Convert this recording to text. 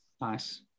Nice